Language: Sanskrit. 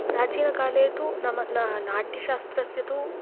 प्राचीनकाले तु नाम ना नाट्यशास्त्रस्य तु